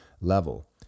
level